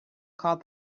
caught